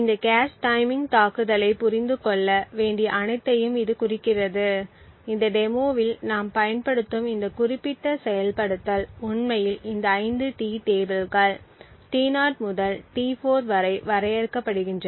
இந்த cache timing தாக்குதலைப் புரிந்து கொள்ள வேண்டிய அனைத்தையும் இது குறிக்கிறது இந்த டெமோவில் நாம் பயன்படுத்தும் இந்த குறிப்பிட்ட செயல்படுத்தல் உண்மையில் இந்த 5 டி டேபிள்கள் T0 முதல் T4 வரை பயன்படுத்துகிறது